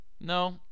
No